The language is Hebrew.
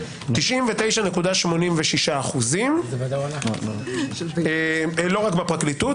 99.86% לא רק בפרקליטות,